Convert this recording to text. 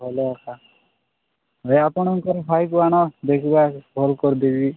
ଭଲ ଏକା ଭାଇ ଆପଣଙ୍କର ଭାଇକୁ ଆଣ ଦେଖିବା ଭଲ କରି ଦେବି